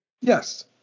Yes